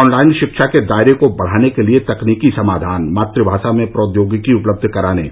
online शिक्षा के दायरे को बढ़ाने के लिए तकनीकी समाधान मातुभाषा में प्रौद्योगिकी उपलब्ध कराने